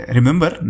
Remember